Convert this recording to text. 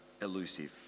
elusive